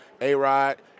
A-Rod